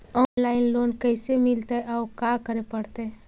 Online loan कैसे मिलतै औ का करे पड़तै?